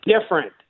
different